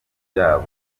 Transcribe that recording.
ryabo